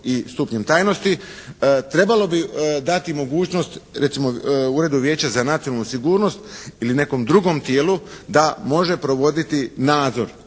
i stupnjem tajnosti. Trebalo bi dati mogućnost recimo Uredu vijeća za nacionalnu sigurnost ili nekom drugom tijelu da može provoditi nadzor,